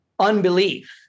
unbelief